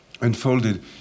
unfolded